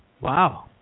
Wow